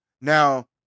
now